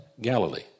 Galilee